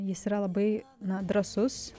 jis yra labai na drąsus